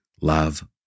Love